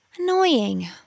annoying